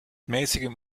mäßigem